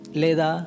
leda